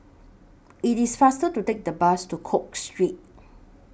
IT IS faster to Take The Bus to Cook Street